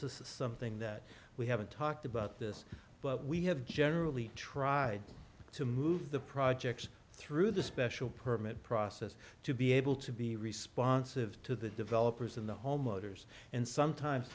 something that we haven't talked about this but we have generally tried to move the projects through the special permit process to be able to be responsive to the developers and the home motors and sometimes